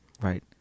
Right